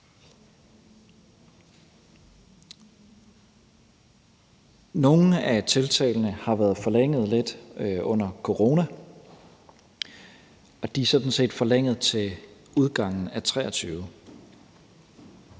Nogle af tiltagene har været forlænget lidt under corona, og de er sådan set forlænget til udgangen af 2023.